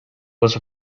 was